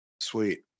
Sweet